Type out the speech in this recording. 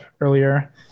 earlier